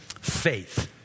Faith